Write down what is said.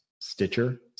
Stitcher